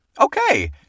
Okay